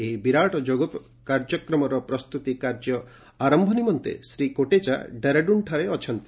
ଏହି ବିରାଟ ଯୋଗ କାର୍ଯ୍ୟକ୍ରମ ପ୍ରସ୍ତୁତି କାର୍ଯ୍ୟ ଆରମ୍ଭ ନିମନ୍ତେ ଶ୍ରୀ କୋଟେଚା ଡେରାଡୁନଠାରେ ଅଛନ୍ତି